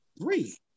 Three